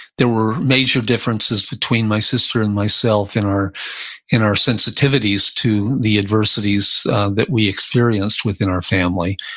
there were major differences between my sister and myself in our in our sensitivities to the adversities that we experienced within our family.